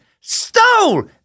Stole